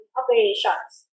operations